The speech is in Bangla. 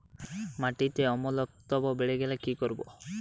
মাটিতে অম্লত্ব বেড়েগেলে কি করব?